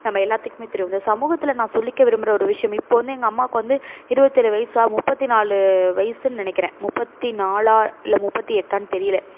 நம்ம எல்லோத்துக்குமே தெரியும் இந்த சமூகத்தில் நான் சொல்லிக்க விரும்புகிற ஒரு விஷயம் இப்போது வந்து எங்கள் அம்மாவுக்கு வந்து இருவத்தேழு வயதா முப்பத்தி நாலு வயதுன்னு நினைக்கிறேன் முப்பத்தி நாலா இல்லை முப்பத்தி எட்டான்னு தெரியலை